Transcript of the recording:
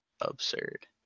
absurd